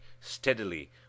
steadily